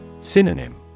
Synonym